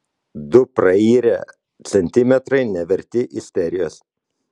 du prairę centimetrai neverti isterijos